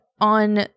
on